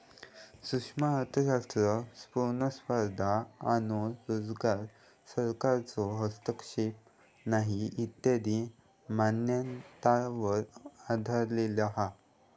सूक्ष्म अर्थशास्त्र पुर्ण स्पर्धा आणो रोजगार, सरकारचो हस्तक्षेप नाही इत्यादी मान्यतांवर आधरलेलो हा